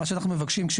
מה שאנחנו מבקשים,